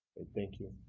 thank you.